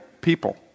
people